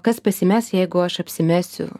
kas pasimes jeigu aš apsimesiu